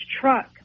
truck